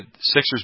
Sixers